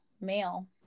male